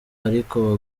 ariko